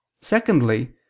Secondly